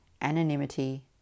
anonymity